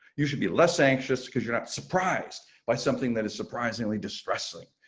you should be less anxious because you're not surprised by something that is surprisingly distressing.